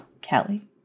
Kelly